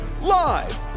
live